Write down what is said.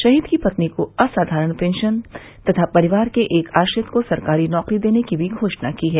शहीद की पत्नी को असाधारण पॅशन तथा परिवार के एक आश्रित को सरकारी नौकरी देने की भी घोषणा की है